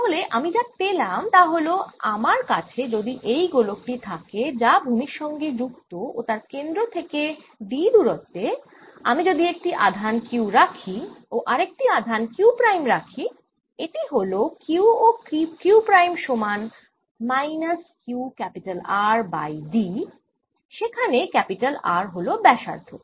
তাহলে আমি যা পেলাম তা হল আমার কাছে যদি এই গোলক টি থাকে যা ভুমির সঙ্গে যুক্ত ও তার কেন্দ্র থেকে d দূরত্বে আমি যদি একটি আধান q রাখি ও আরেকটি আধান q প্রাইম রাখি এটি হল q ও q প্রাইম সমান minus q R by d q−q Rd যেখানে R হল ব্যাসার্ধ